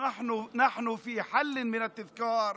(אומר בערבית: אנחנו במצב של זיכרון.